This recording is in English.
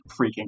freaking